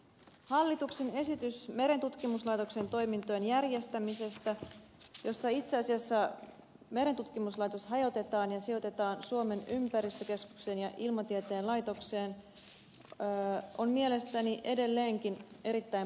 hallituksen esitys merentutkimuslaitoksen toimintojen järjestämisestä jossa itse asiassa merentutkimuslaitos hajotetaan ja sijoitetaan suomen ympäristökeskukseen ja ilmatieteen laitokseen on mielestäni edelleenkin erittäin puutteellinen